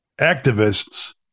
activists